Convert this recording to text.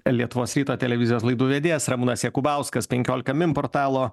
lietuvos ryto televizijos laidų vedėjas ramūnas jakubauskas penkiolika min portalo